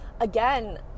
again